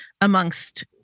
amongst